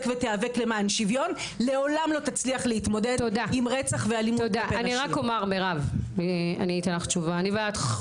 ותיאבק למען שוויון לעולם לא יצליח להתמודד עם רצח ואלימות נגד נשים.